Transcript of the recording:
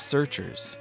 Searchers